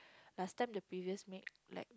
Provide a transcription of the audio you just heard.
last time the previous maid like